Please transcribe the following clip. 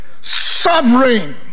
Sovereign